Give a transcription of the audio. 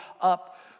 up